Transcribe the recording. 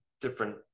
different